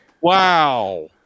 Wow